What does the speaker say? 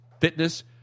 fitness